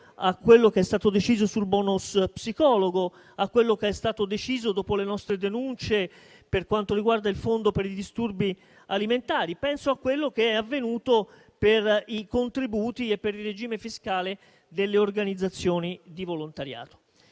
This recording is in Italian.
a quello che è stato deciso sul *bonus* psicologo e a quello che è stato deciso, dopo le nostre denunce, per quanto riguarda il fondo per i disturbi alimentari; penso a quello che è avvenuto per i contributi e per il regime fiscale delle organizzazioni di volontariato.